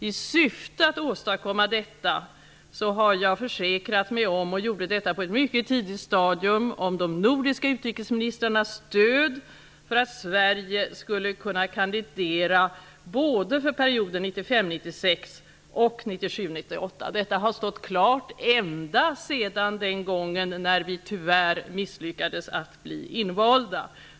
I syfte att åstadkomma detta har jag försäkrat mig om -- jag gjorde detta på ett mycket tidigt stadium -- de nordiska utrikesministrarnas stöd för att Sverige skulle kunna kandidera för både perioden 1995--1996 och perioden 1997--1998. Detta har stått klart ända sedan den gången då vi tyvärr misslyckades med att bli invalda.